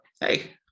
Hey